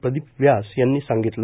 प्रदीप व्यास यांनी सांगितलं